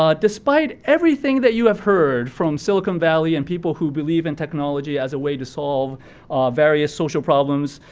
um despite everything that you have heard from silicon valley or and people who believe in technology as a way to solve various social problems.